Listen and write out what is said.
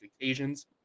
occasions